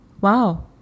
wow